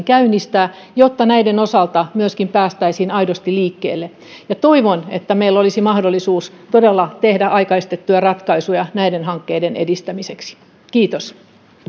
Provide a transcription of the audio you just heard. käynnistää jotta näiden osalta myöskin päästäisiin aidosti liikkeelle toivon että meillä todella olisi mahdollisuus tehdä aikaistettuja ratkaisuja näiden hankkeiden edistämiseksi kiitos